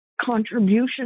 Contribution